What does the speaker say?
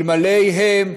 אלמלא הם,